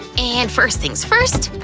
and first thing's first.